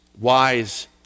wise